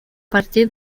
partir